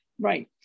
Right